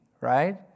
right